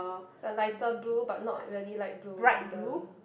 it's a lighter blue but not really light blue either